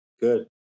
good